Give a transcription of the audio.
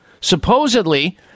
supposedly